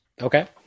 okay